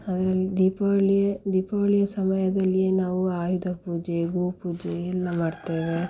ಅದರಲ್ಲಿ ದೀಪಾವಳಿ ದೀಪಾವಳಿಯ ಸಮಯದಲ್ಲಿಯೇ ನಾವು ಆಯುಧ ಪೂಜೆ ಗೋ ಪೂಜೆ ಎಲ್ಲ ಮಾಡ್ತೇವೆ